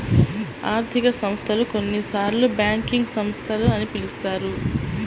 ఆర్థిక సంస్థలు, కొన్నిసార్లుబ్యాంకింగ్ సంస్థలు అని పిలుస్తారు